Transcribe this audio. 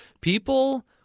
people